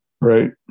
right